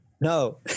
no